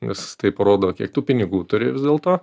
nes tai parodo kiek tu pinigų turi vis dėlto